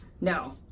No